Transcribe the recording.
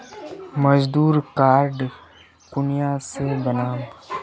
मजदूर कार्ड कुनियाँ से बनाम?